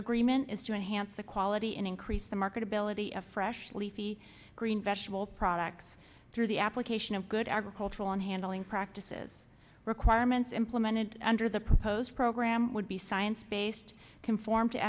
agreement is to enhance the quality and increase the market ability of fresh leafy green vegetable products through the application of good agricultural and handling practices requirements implemented under the proposed program would be science based conform to